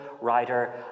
writer